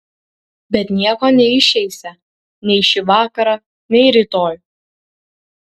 bet nieko neišeisią nei šį vakarą nei rytoj